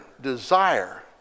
desire